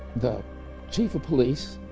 the chief of police,